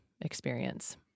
experience